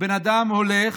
הבן אדם הולך,